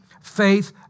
faith